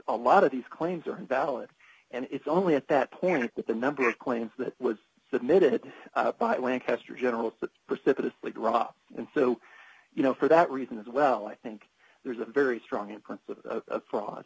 a lot of these claims are valid and it's only at that point with the number of claims that was submitted by lancaster generals that precipitous like iraq and so you know for that reason as well i think there's a very strong inference of fraud